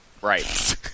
Right